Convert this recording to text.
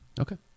Okay